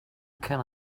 can